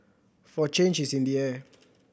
for change is in the air